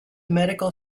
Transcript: medical